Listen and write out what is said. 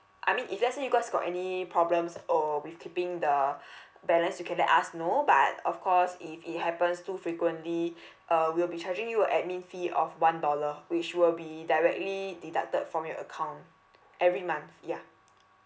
I mean if let's say you guys got any problems or with keeping the balance you can let us know but of course if it happens too frequently uh we'll be charging you a admin fee of one dollar which will be directly deducted from your account every month ya